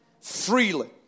Freely